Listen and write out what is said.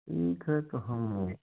ठीक है तो हम उ